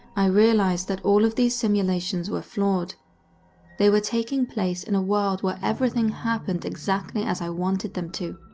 i realised that all of these simulations were flawed they were taking place in a world where everything happened exactly as i wanted them to.